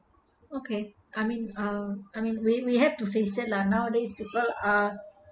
okay I mean uh I mean we we have to face it lah nowadays people are